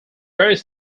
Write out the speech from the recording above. various